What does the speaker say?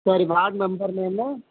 சரி ward member name